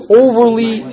overly